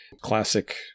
Classic